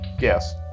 Yes